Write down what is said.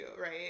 right